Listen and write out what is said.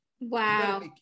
Wow